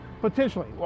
potentially